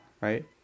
right